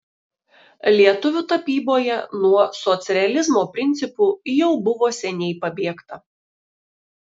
lietuvių tapyboje nuo socrealizmo principų jau buvo seniai pabėgta